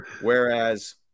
Whereas